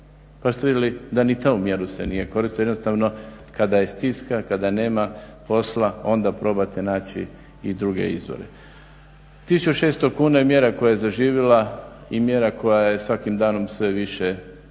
Pa ste vidjeli da ni tu mjeru se nije koristilo, jednostavno kada je stiska, kada nema posla onda probate naći i druge izvore. 1600 kuna je mjera koja je zaživjela i mjera koja je svakim danom sve više se